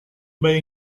may